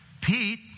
Pete